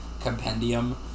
compendium